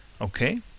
Okay